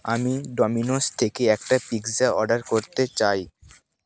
আমি ডমিনোস থেকে একটা পিজ্জা অর্ডার করতে চাই